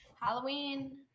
Halloween